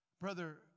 Brother